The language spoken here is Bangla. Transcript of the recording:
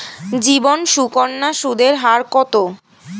জীবন সুকন্যা সুদের হার কত?